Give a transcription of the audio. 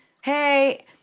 Hey